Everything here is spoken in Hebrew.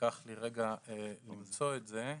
ייקח לי רגע למצוא את זה.